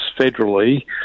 federally